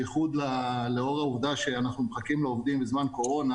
בייחוד לאור העובדה שאנחנו מחכים לעובדים בזמן קורונה,